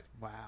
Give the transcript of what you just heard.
Wow